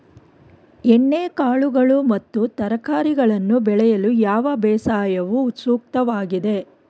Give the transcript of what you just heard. ಎಣ್ಣೆಕಾಳುಗಳು ಮತ್ತು ತರಕಾರಿಗಳನ್ನು ಬೆಳೆಯಲು ಯಾವ ಬೇಸಾಯವು ಸೂಕ್ತವಾಗಿದೆ?